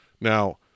Now